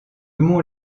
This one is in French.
mont